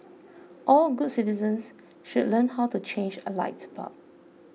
all good citizens should learn how to change a light bulb